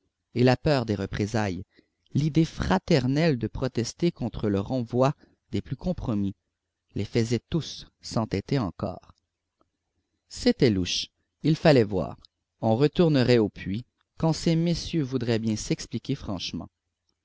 et la peur des représailles l'idée fraternelle de protester contre le renvoi des plus compromis les faisaient tous s'entêter encore c'était louche il fallait voir on retournerait au puits quand ces messieurs voudraient bien s'expliquer franchement